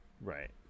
Right